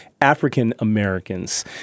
African-Americans